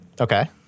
Okay